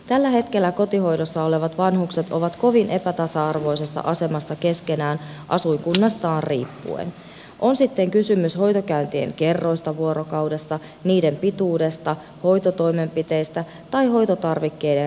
tällä hetkellä kotihoidossa olevat vanhukset ovat kovin epätasa arvoisessa asemassa keskenään asuinkunnastaan riippuen on sitten kysymys hoitokäyntien kerroista vuorokaudessa niiden pituudesta hoitotoimenpiteistä tai hoitotarvikkeiden riittävyydestä